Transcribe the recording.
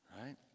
right